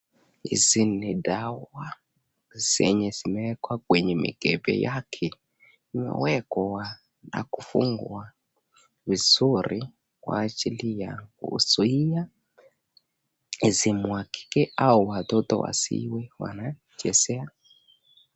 Hizi ni dawa zenye zimewekwa kwenye mikebe yake , imewekwa na kufungwa vizuri kwa ajili ya kuzuia isimwagike au watoto wasiwe wanachezea.